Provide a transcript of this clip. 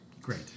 great